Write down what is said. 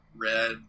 red